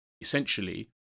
essentially